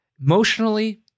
emotionally